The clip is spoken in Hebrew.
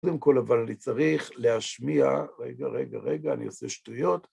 קודם כל, אבל אני צריך להשמיע, רגע, רגע, רגע, אני עושה שטויות.